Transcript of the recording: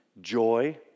joy